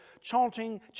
chanting